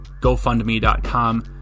gofundme.com